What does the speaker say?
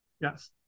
yes